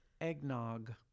Eggnog